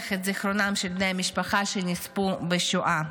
את זכרם של בני המשפחה שנספו בשואה.